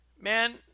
Man